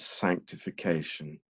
sanctification